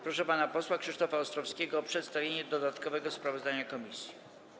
Proszę pana posła Krzysztofa Ostrowskiego o przedstawienie dodatkowego sprawozdania komisji.